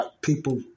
people